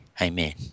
Amen